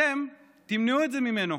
אתם תמנעו את זה ממנו,